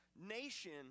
nation